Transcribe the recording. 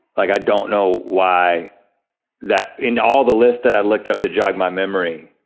like i don't know why that, in all the lists that i looked up to jog my memory,